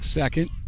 second